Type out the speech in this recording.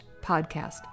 podcast